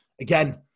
Again